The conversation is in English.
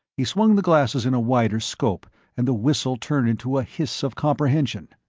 he swung the glasses in a wider scope and the whistle turned into a hiss of comprehension.